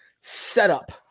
setup